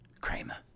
Kramer